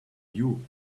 you